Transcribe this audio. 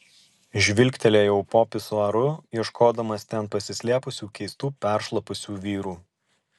žvilgtelėjau po pisuaru ieškodamas ten pasislėpusių keistų peršlapusių vyrų